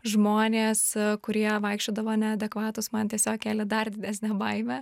žmonės kurie vaikščiodavo neadekvatūs man tiesiog kėlė dar didesnę baimę